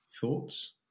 thoughts